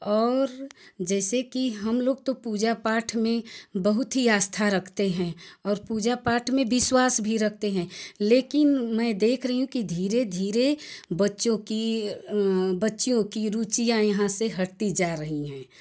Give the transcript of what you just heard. और जैसे की हम लोग तो पूजा पाठ में बहुत हीं आस्था रखते हैं और पूजा पाठ में बिस्वास भी रखते हैं लेकिन मैं देख हीं रही हूँ की धीर धीरे बच्चों की बच्चियों की रुचियाँ यहाँ से हटती जा रही हैं